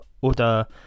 oder